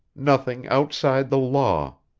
nothing outside the law.